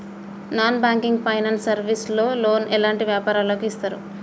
Non banking finance service లో loan ఎలాంటి వ్యాపారులకు ఇస్తరు?